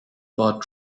about